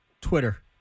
Twitter